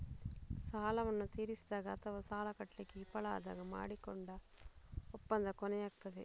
ಸಾಲವನ್ನ ತೀರಿಸಿದಾಗ ಅಥವಾ ಸಾಲ ಕಟ್ಲಿಕ್ಕೆ ವಿಫಲ ಆದಾಗ ಮಾಡಿಕೊಂಡ ಒಪ್ಪಂದ ಕೊನೆಯಾಗ್ತದೆ